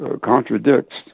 contradicts